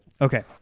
okay